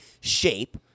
shape